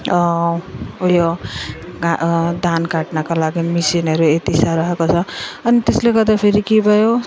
उयो धान काट्नका लागि मेसिनहरू यति साह्रो आएको छ अनि त्यसले गर्दाफेरि के भयो